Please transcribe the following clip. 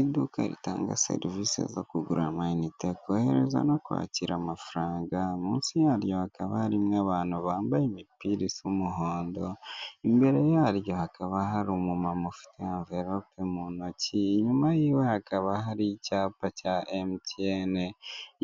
Iduka ritanga serivisi zo kugura amayinite, kohereza no kwakira amafaranga, munsi yaryo hakaba harimo abantu bambaye imipira isa umuhondo, imbere yaryo hakaba hari umumama ufite amverope mu ntoki, inyuma yiwe hakaba hari icyapa cya emutiyene,